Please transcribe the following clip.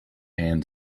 hand